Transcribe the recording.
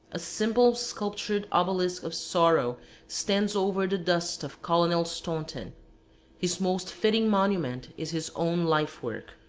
a simple sculptured obelisk of sorrow stands over the dust of colonel staunton his most fitting monument is his own life-work.